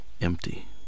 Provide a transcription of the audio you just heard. empty